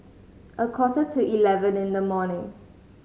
a quarter to eleven in the morning